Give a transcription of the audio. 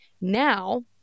now